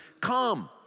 come